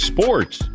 Sports